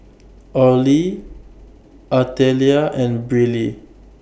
Orley Artelia and Briley